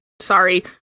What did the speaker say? sorry